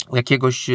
jakiegoś